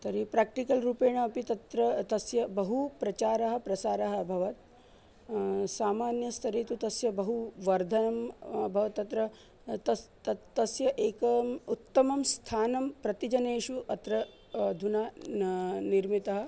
तर्हि प्राक्टिकल् रूपेण अपि तत्र तस्य बहु प्रचारः प्रसारः अभवत् सामान्यस्तरे तु तस्य बहु वर्धनम् अभवत् तत्र तस्य तत् तस्य एकम् उत्तमं स्थानं प्रतिजनेषु अत्र अधुना ना निर्मिता